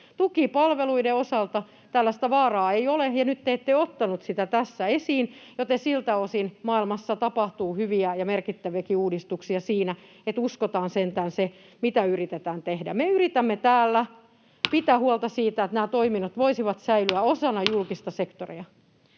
tukipalveluiden osalta tällaista vaaraa ei ole, ja nyt te ette ottanut sitä tässä esiin, joten siltä osin maailmassa tapahtuu hyviä ja merkittäviäkin uudistuksia siinä, että uskotaan sentään se, mitä yritetään tehdä. Me yritämme täällä pitää huolta siitä, että nämä toiminnot voisivat säilyä osana julkista sektoria,